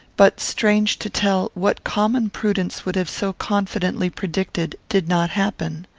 but, strange to tell, what common prudence would have so confidently predicted did not happen.